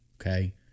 Okay